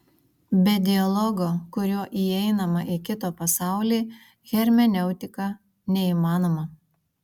be dialogo kuriuo įeinama į kito pasaulį hermeneutika neįmanoma